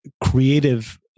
creative